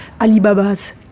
Alibaba's